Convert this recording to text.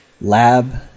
Lab